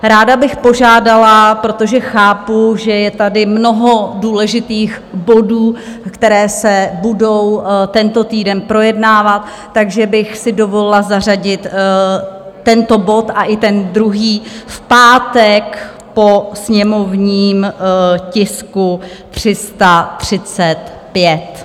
Ráda bych požádala, protože chápu, že je tady mnoho důležitých bodů, které se budou tento týden projednávat, takže bych si dovolila zařadit tento bod a i ten druhý v pátek po sněmovním tisku 335.